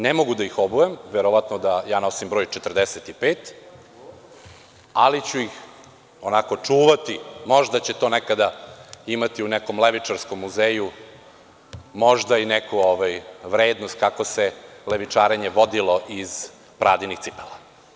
Ne mogu da ih obujem, verovatno da ja nosim broj 45, ali ću ih onako čuvati, možda će to nekada imati u nekom levičarskom muzeju vrednost kako se levičarenje vodilo iz Pradinih cipela.